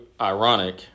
ironic